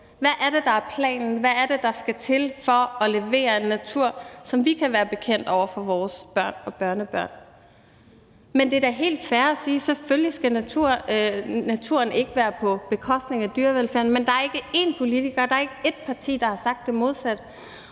Hvad er det, der er planen? Hvad er det, der skal til for at levere en natur, som vi kan være bekendt over for vores børn og børnebørn? Det er da helt fair at sige, at selvfølgelig skal naturen ikke være på bekostning af dyrevelfærden, men der er ikke én politiker, der er ikke ét parti, der har sagt det modsatte.